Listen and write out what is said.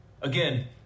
Again